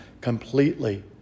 completely